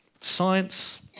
Science